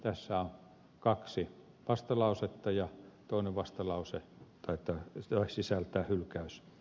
tässä on kaksi vastalausetta ja toinen vastalause sisältää hylkäysehdotuksen